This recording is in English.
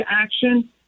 action